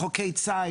חוקי ציד,